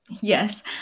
Yes